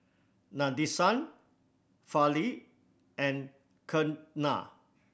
Nadesan Fali and Ketna